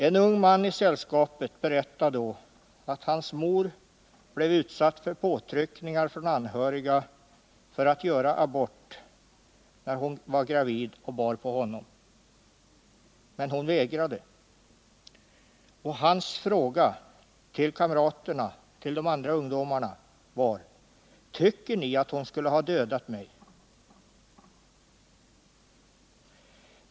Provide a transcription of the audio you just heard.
En ung man i sällskapet berättade då att hans mor blev utsatt för påtryckningar från anhöriga för att göra abort när hon var gravid och bar på honom, men hon vägrade. Och hans fråga till de andra ungdomarna var: Tycker ni att hon skulle ha dödat mig?